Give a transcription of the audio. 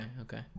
okay